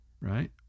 Right